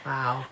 Wow